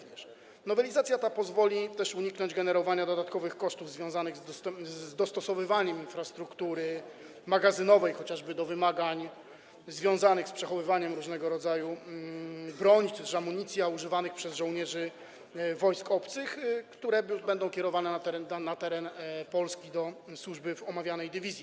Nowelizacja ta pozwoli też uniknąć generowania dodatkowych kosztów związanych z dostosowywaniem infrastruktury magazynowej chociażby do wymagań związanych z przechowywaniem różnego rodzaju broni czy też amunicji używanych przez żołnierzy wojsk obcych, które będą kierowane na teren Polski do służby w omawianej dywizji.